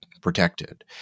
protected